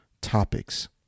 topics